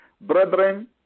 Brethren